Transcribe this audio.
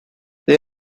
they